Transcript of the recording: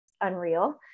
unreal